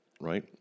right